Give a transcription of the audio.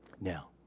Now